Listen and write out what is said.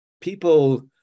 people